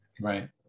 Right